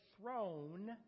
throne